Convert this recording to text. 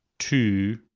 to